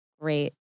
great